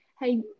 Hey